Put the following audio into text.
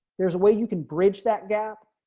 there's a way you can bridge that gap,